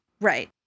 Right